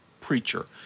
preacher